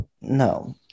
no